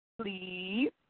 Please